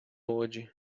łodzi